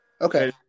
Okay